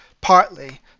partly